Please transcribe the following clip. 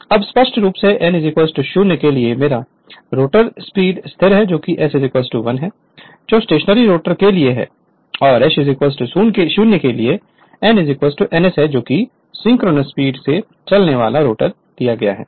अब स्पष्ट रूप से n 0 के लिए मेरा रोटर स्थिर s 1 है जो स्टेशनरी रोटर के लिए है और s 0 के लिए nns है जो कि सिंक्रोनस स्पीड से चलने वाले रोटर के लिए है